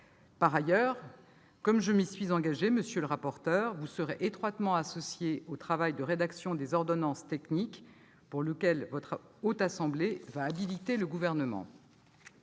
Par ailleurs, comme je m'y suis engagée, monsieur le rapporteur, vous serez étroitement associé au travail de rédaction des ordonnances techniques, pour lequel la Haute Assemblée va habiliter le Gouvernement.